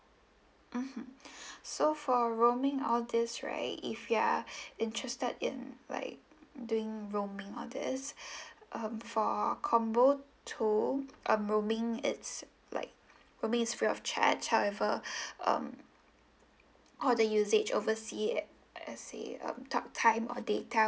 mmhmm so for roaming all these right if you are interested in like doing roaming all these um for combo two um roaming it's like roaming is free of charge however um all the usage oversea uh let's say um talk time or data